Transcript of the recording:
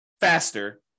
faster